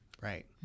Right